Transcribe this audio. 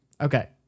okay